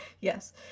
yes